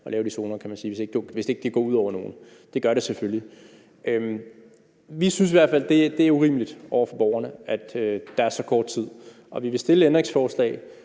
at lave de zoner, kan man sige – hvis ikke det går ud over nogen. Det gør det selvfølgelig. Vi synes i hvert fald, at det er urimeligt over for borgerne, at der er så kort tid, og vi vil stille et ændringsforslag.